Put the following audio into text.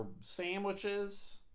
sandwiches